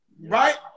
right